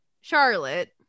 Charlotte